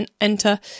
enter